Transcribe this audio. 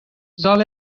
sal